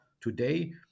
today